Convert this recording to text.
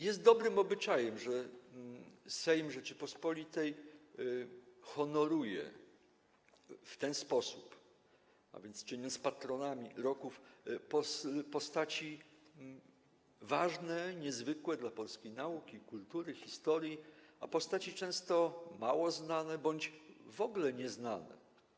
Jest dobrym obyczajem, że Sejm Rzeczypospolitej honoruje w ten sposób, a więc czyni patronami roku, postaci ważne, niezwykłe dla polskiej nauki, kultury, historii, często mało znane bądź w ogóle nieznane.